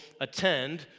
attend